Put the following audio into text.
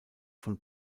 von